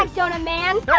um so and man!